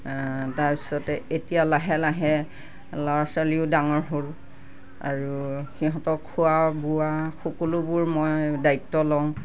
তাৰপিছতে এতিয়া লাহে লাহে ল'ৰা ছোৱালীও ডাঙৰ হ'ল আৰু সিহঁতক খোৱা বোৱা সকলোবোৰ মই দায়িত্ব লওঁ